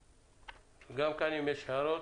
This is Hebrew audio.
הערות?